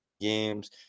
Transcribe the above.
games